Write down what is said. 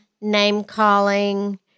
name-calling